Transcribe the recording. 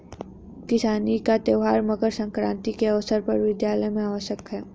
किसानी का त्यौहार मकर सक्रांति के अवसर पर विद्यालय में अवकाश है